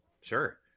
Sure